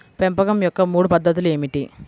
పెంపకం యొక్క మూడు పద్ధతులు ఏమిటీ?